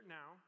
now